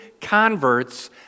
converts